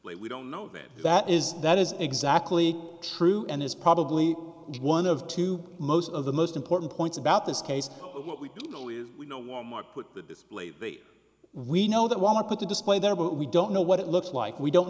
way we don't know that that is that is exactly true and is probably one of two most of the most important points about this case what we do believe we know wal mart put the display the we know that wal mart put the display there but we don't know what it looks like we don't